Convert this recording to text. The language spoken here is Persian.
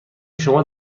شما